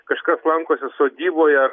kažkas lankosi sodyboje